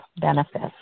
benefits